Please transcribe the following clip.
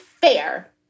fair